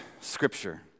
Scripture